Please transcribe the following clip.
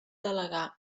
delegar